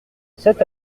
sept